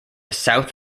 south